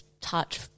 touch